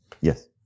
Yes